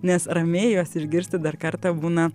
nes ramiai juos išgirsti dar kartą būna